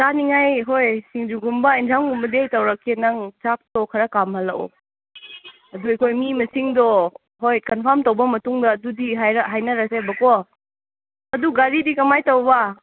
ꯆꯥꯅꯤꯡꯉꯥꯏ ꯍꯣꯏ ꯁꯤꯡꯖꯨꯒꯨꯝꯕ ꯑꯦꯟꯖꯥꯡꯒꯨꯝꯕꯗꯤ ꯑꯩ ꯇꯧꯔꯛꯀꯦ ꯅꯪ ꯆꯥꯛꯇꯣ ꯈꯔ ꯀꯥꯝꯍꯜꯂꯛꯑꯣ ꯑꯗꯨ ꯑꯩꯈꯣꯏ ꯃꯤ ꯃꯁꯤꯡꯗꯣ ꯍꯣꯏ ꯀꯟꯐꯥꯝ ꯇꯧꯕ ꯃꯇꯨꯡꯗ ꯑꯗꯨꯗꯤ ꯍꯥꯏꯅꯔꯁꯦꯕꯀꯣ ꯑꯗꯨ ꯒꯥꯔꯤꯗꯤ ꯀꯃꯥꯏꯅ ꯇꯧꯕ